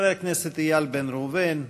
חבר הכנסת איל בן ראובן,